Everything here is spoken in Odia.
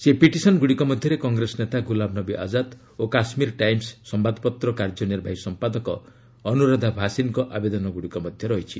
ସେହି ପିଟିସନ୍ଗୁଡ଼ିକ ମଧ୍ୟରେ କଂଗ୍ରେସ ନେତା ଗୁଲାମ୍ ନବୀ ଆଜାଦ୍ ଓ 'କାଶ୍ମୀର ଟାଇମ୍ସ' ସମ୍ପାଦପତ୍ର କାର୍ଯ୍ୟନିର୍ବାହୀ ସମ୍ପାଦକ ଅନୁରାଧା ଭାସିନ୍ଙ୍କ ଆବେଦନଗୁଡ଼ିକ ମଧ୍ୟ ରହିଛି